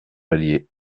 allier